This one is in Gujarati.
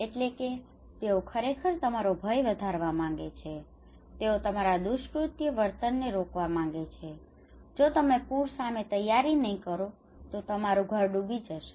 એટલે કે તેઓ ખરેખર તમારો ભય વધારવા માગે છે તેઓ તમારા દુષ્કૃત્ય વર્તનને રોકવા માગે છે જો તમે પૂર સામે તૈયારી નહીં કરો તો તમારું ઘર ડૂબી જશે